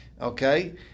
okay